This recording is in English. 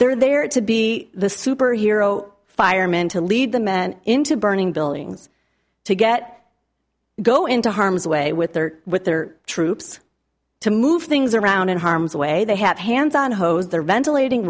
they're there to be the superhero firemen to lead the men into burning buildings to get go into harm's way with their with their troops to move things around in harm's way they have hands on hose they're ventilating